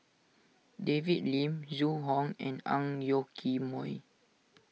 David Lim Zhu Hong and Ang Yoke Mooi